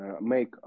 make